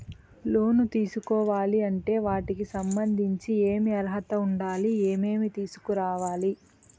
లోను తీసుకోవాలి అంటే వాటికి సంబంధించి ఏమి అర్హత ఉండాలి, ఏమేమి తీసుకురావాలి